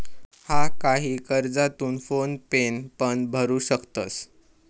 हा, काही कर्जा तू फोन पेन पण भरू शकतंस